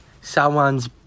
someone's